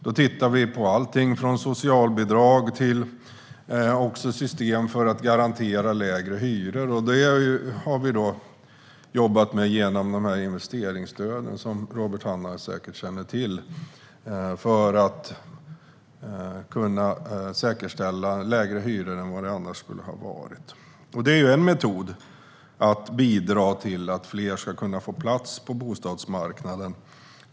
Vi tittar på alltifrån socialbidrag till system för att garantera lägre hyror. Vi har jobbat med investeringsstöden, som Robert Hannah säkert känner till, för att kunna säkerställa hyror som är lägre än de annars skulle ha varit. Det är en metod för att bidra till att fler ska kunna få plats på bostadsmarknaden.